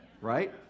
Right